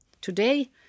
Today